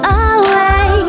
away